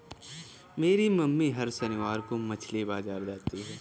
मेरी मम्मी हर शनिवार को मछली बाजार जाती है